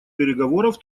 переговоров